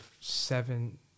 seven